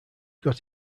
got